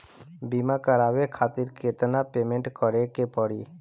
बीमा करावे खातिर केतना पेमेंट करे के पड़ी?